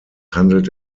handelt